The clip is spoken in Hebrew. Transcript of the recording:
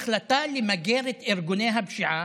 החלטה למגר את ארגוני הפשיעה,